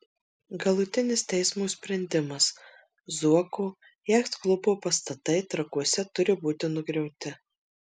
galutinis teismo sprendimas zuoko jachtklubo pastatai trakuose turi būti nugriauti